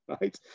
right